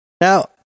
now